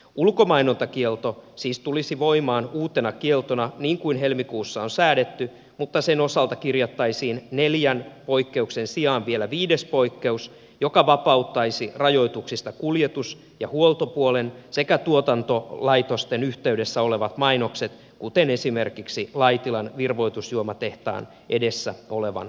ulkomainontakielto siis tulisi voimaan uutena kieltona niin kuin helmikuussa on säädetty mutta sen osalta kirjattaisiin neljän poikkeuksen sijaan vielä viides poikkeus joka vapauttaisi rajoituksista kuljetus ja huoltopuolen sekä tuotantolaitosten yhteydessä olevat mainokset kuten esimerkiksi laitilan virvoitusjuomatehtaan edessä olevan kukko tölkin